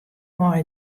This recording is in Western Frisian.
mei